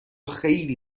خیلی